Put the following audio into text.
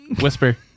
Whisper